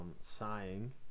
sighing